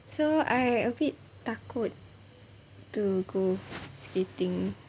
so I a bit takut to go skating